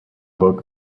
book